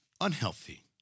unhealthy